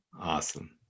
Awesome